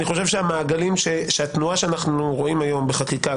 אני חושב שהתנועה שאנחנו רואים היום בחקיקה,